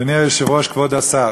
אדוני היושב-ראש, כבוד השר,